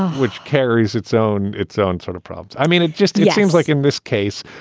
which carries its own its own sort of problems. i mean, it just seems like in this case,